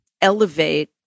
elevate